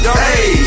hey